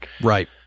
Right